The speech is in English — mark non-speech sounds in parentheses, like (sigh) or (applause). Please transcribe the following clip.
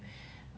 (breath)